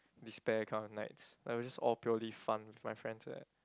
despair kind of nights it was all just purely fun with my friends eh